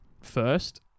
first